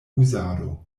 uzado